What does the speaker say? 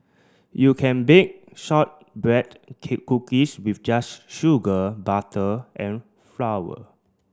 you can bake shortbread cookies with just sugar butter and flour